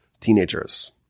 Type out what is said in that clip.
teenagers